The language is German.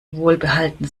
wohlbehalten